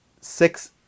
six